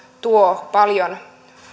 tuo paljon